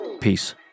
Peace